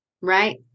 right